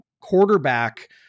quarterback